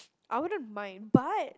I wouldn't mind but